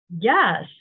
Yes